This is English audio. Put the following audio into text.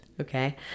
Okay